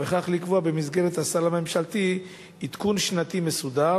ובכך לקבוע במסגרת הסל הממשלתי עדכון שנתי מסודר